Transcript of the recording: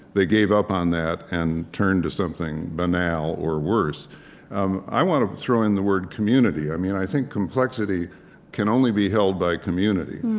they gave up on that and turned to something banal, or worse um i want to throw in the word community. i mean, i think complexity can only be held by community.